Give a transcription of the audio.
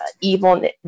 evil